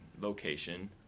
location